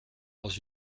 dans